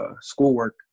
schoolwork